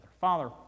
Father